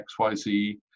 XYZ